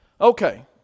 Okay